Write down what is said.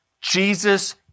Jesus